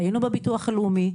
היינו בביטוח הלאומי.